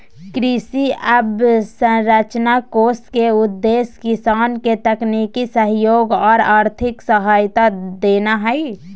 कृषि अवसंरचना कोष के उद्देश्य किसान के तकनीकी सहयोग आर आर्थिक सहायता देना हई